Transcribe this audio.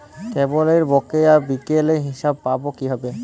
কেবলের বকেয়া বিলের হিসাব পাব কিভাবে?